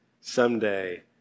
someday